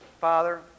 Father